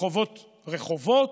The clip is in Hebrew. ברחובות רחובות,